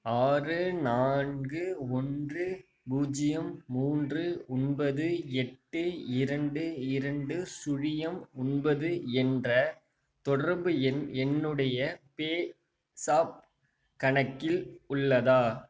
ஆறு நான்கு ஒன்று பூஜ்ஜியம் மூன்று ஒன்பது எட்டு இரண்டு இரண்டு சுழியம் ஒன்பது என்ற தொடர்பு எண் என்னுடைய பேஸாப் கணக்கில் உள்ளதா